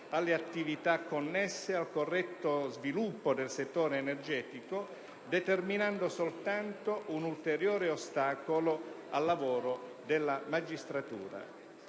alle attività connesse al corretto sviluppo del settore energetico, determinando soltanto un ulteriore ostacolo al lavoro della magistratura.